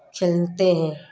उछलते हैं